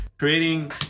Creating